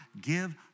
give